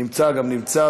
נמצא גם נמצא,